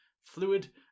Fluid